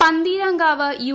A പന്തീരാങ്കാവ്യു